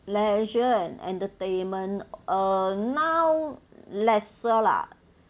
leisure and entertainment uh now lesser lah